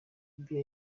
libya